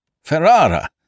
Ferrara